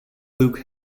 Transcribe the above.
luke